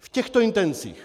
V těchto intencích.